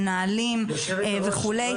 מנהלים וכו',